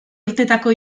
urtetako